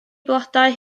flodau